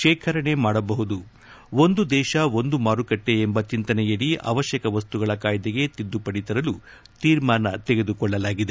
ಶೇಖರಣೆ ಮಾಡಬಹುದು ಒಂದು ದೇಶ ಒಂದು ಮಾರುಕಟ್ಟೆ ಎಂಬ ಚಂತನೆಯಡಿ ಅವಶ್ಯಕ ವಸ್ತುಗಳ ಕಾಯ್ದೆಗೆ ತಿದ್ದುಪಡಿ ತರಲು ಶೀರ್ಮಾನ ತೆಗೆದುಕೊಳ್ಳಲಾಗಿದೆ